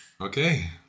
Okay